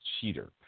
cheater